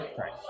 Right